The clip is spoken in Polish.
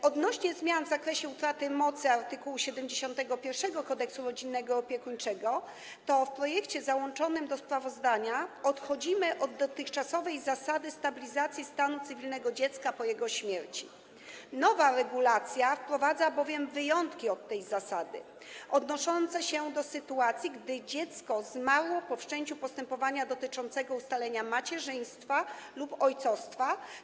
Co do zmian w zakresie utraty mocy przez art. 71 Kodeksu rodzinnego i opiekuńczego to w projekcie załączonym do sprawozdania odchodzimy od dotychczasowej zasady stabilizacji stanu cywilnego dziecka po jego śmierci, nowa regulacja wprowadza bowiem wyjątki od tej zasady odnoszące się do sytuacji, gdy dziecko zmarło po wszczęciu postępowania dotyczącego ustalenia macierzyństwa lub ojcostwa.